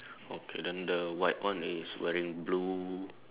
okay then the white one is wearing blue